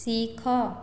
ଶିଖ